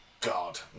God